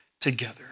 together